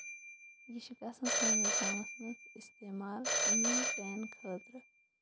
یہِ چھِ گژھان سٲنِس گامَس منٛز اِستعمال نی پین خٲطرٕ